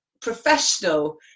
professional